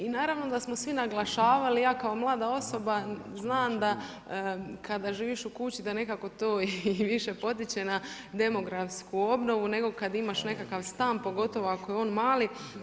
I naravno da smo svi naglašavali, ja kao mlada osoba, znam, kada živiš u kući, nekako to i više podići na demografsku obnovu, nego kada imaš nekakav stan, pogotovo ako je on mali.